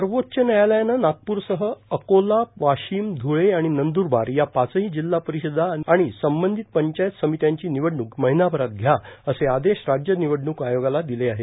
सर्वोच्व न्यायालयाने नागपूरसह अकोला वाशिम धुळे आणि नंदूरबार या पाचही जिल्हा परिांचा आणि संबंधित पंचायत समित्यांची निवडणूक महिनामरात घ्या असे आदेश राज्य निवडणूक आयोगाला दिले आहेत